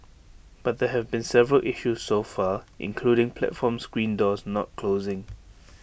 but there have been several issues so far including platform screen doors not closing